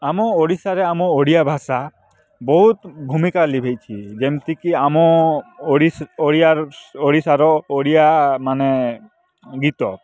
ଆମ ଓଡ଼ିଶାରେ ଆମ ଓଡ଼ିଆ ଭାଷା ବହୁତ ଭୂମିକା ଲିଭେଇଛି ଯେମିତିକି ଆମ ଓଡ଼ିଶା ଓଡ଼ିଆ ଓଡ଼ିଶାର ଓଡ଼ିଆ ମାନେ ଗୀତ